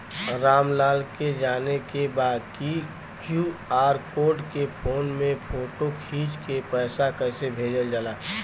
राम लाल के जाने के बा की क्यू.आर कोड के फोन में फोटो खींच के पैसा कैसे भेजे जाला?